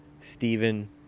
Stephen